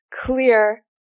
clear